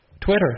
Twitter